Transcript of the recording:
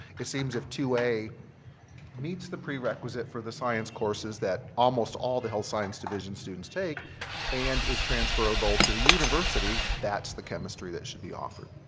it seems if two a meets the prerequisite for the science courses that almost all the health science division students take and is transferable to the university, that's the chemistry that should be offered.